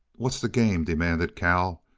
what's the game? demanded cal,